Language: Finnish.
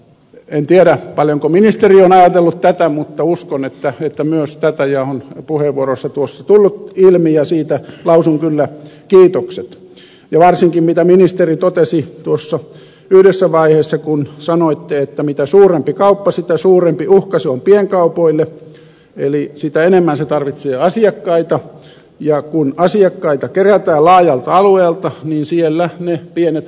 en tiedä paljonko ministeri on ajatellut tätä mutta uskon että myös tätä ja se on puheenvuorossakin tullut ilmi ja siitä lausun kyllä kiitokset varsinkin siitä mitä ministeri totesi yhdessä vaiheessa kun sanoitte että mitä suurempi kauppa sitä suurempi uhka se on pienkaupoille eli sitä enemmän se tarvitsee asiakkaita ja kun asiakkaita kerätään laajalta alueelta niin siellä ne pienet kaupat kärsivät